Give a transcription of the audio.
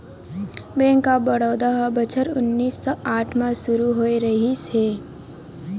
bank of Baroda ह बछर उन्नीस सौ आठ म सुरू होए रिहिस हे